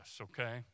okay